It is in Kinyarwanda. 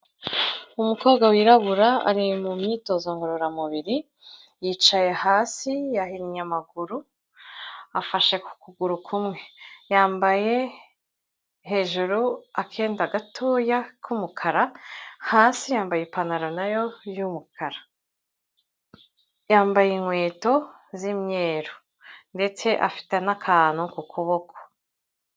Umukobwa wirabura ari mu myitozo ngororamubiri, yicaye hasi yahinnye amaguru, afashe ku kuguru kumwe, yambaye hejuru akenda gatoya k'umukara, hasi yambaye ipantaro nayo y'umukara. Yambaye inkweto z'imyeru ndetse afite n'akantu ku kuboko.